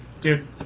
dude